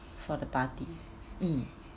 for the party mm